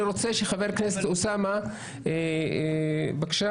חבר הכנסת אוסאמה סעדי, בבקשה.